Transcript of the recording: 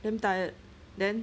damn tired then